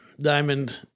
Diamond